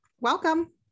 Welcome